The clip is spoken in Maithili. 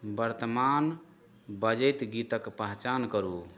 वर्तमान बजैत गीतक पहचान करू